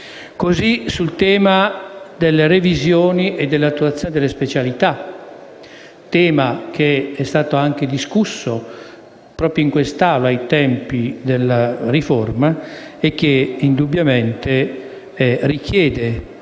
il tema delle revisioni e delle attuazioni delle specialità è stato discusso, proprio in quest'Aula, ai tempi della riforma e indubbiamente richiede